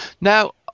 now